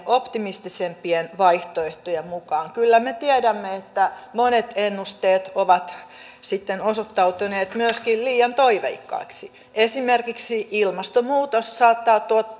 optimistisimpien vaihtoehtojen mukaan kyllä me tiedämme että monet ennusteet ovat sitten myöskin osoittautuneet liian toiveikkaiksi esimerkiksi ilmastonmuutos saattaa